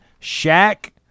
Shaq